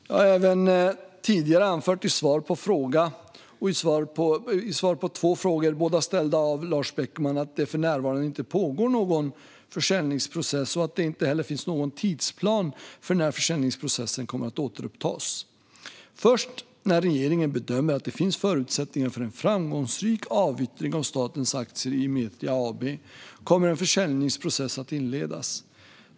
Jag har även tidigare anfört i svar på två skriftliga frågor, båda ställda av Lars Beckman, att det för närvarande inte pågår någon försäljningsprocess och att det inte heller finns någon tidsplan för när försäljningsprocessen kommer att återupptas. Först när regeringen bedömer att det finns förutsättningar för en framgångsrik avyttring av statens aktier i Metria AB kommer en försäljningsprocess att inledas.